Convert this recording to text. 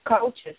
coaches